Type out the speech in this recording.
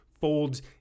folds